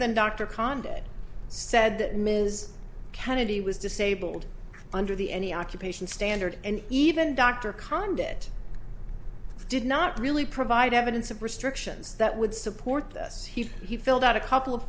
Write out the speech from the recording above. than dr condit said that ms kennedy was disabled under the any occupation standard and even dr condit did not really provide evidence of restrictions that would support us he he filled out a couple of